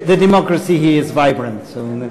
הדמוקרטיה היא מאוד פעילה.